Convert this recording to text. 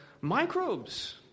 microbes